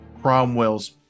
Cromwell's